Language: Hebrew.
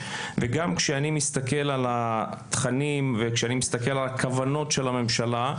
וגם כשאני מסתכל על התכנים וכשאני מסתכל על הכוונות של הממשלה,